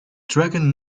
dragon